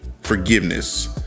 forgiveness